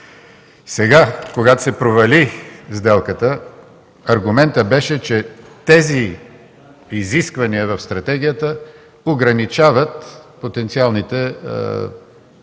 Сега, когато се провали сделката, аргументът беше, че тези изисквания в стратегията ограничават потенциалните фирми,